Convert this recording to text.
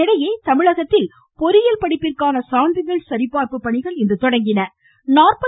இதனிடையே தமிழகத்தில் பொறியியல் படிப்பிற்கான சான்றிதழ் சரிபார்ப்பு இன்று தொடங்கியது